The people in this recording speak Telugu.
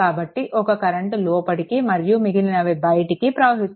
కాబట్టి ఒక కరెంట్ లోపలికి మరియు మిగిలినవి బయటికి ప్రవహిస్తున్నాయి